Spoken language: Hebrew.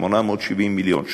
870 מיליון ש"ח,